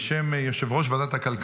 להציג את החוק בשם יושב-ראש ועדת הכלכלה.